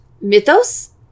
mythos